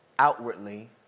Outwardly